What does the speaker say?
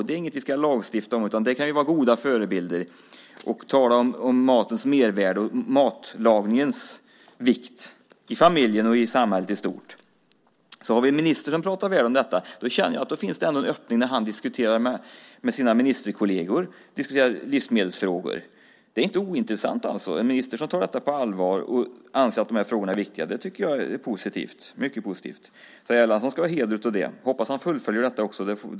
Det är inget vi ska lagstifta om utan det kan vara fråga om goda förebilder. Vi ska tala om matens mervärde, vikten av att laga mat tillsammans i familjen och mat i samhället i stort. Vi har en minister som pratar väl om detta. Jag känner att det då finns en öppning eftersom han diskuterar livsmedelsfrågor med sina ministerkolleger. Det är inte ointressant. Det är positivt med en minister som tar detta på allvar och anser att frågorna är viktiga. Han ska ha heder av det. Jag hoppas att han fullföljer detta.